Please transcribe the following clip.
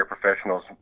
professionals